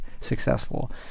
successful